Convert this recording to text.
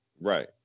Right